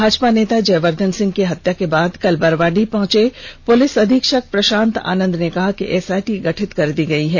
भाजपा नेता जयवर्धन सिंह की हत्या के बाद कल बरवाडीह पहुंचे पुलिस अधीक्षक प्रशांत आनंद ने कहा कि एसआइटी गठित कर दी गई है